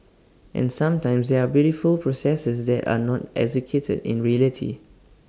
and sometimes there are beautiful processes that are not executed in reality